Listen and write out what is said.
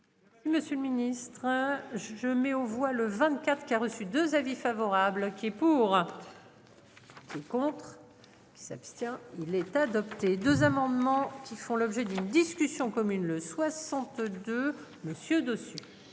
Monsieur le ministre. Hein je je mets aux voix le 24 qui a reçu 2 avis favorable qui est pour. Contre qui s'abstient. Il est adopté 2 amendements qui font l'objet d'une discussion commune le 62 monsieur dessus.